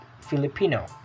filipino